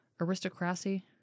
Aristocracy